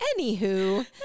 Anywho